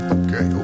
okay